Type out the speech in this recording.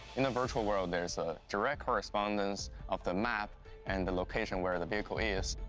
in the virtual world, there is a direct correspondence of the map and the location where the vehicle is,